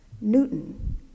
Newton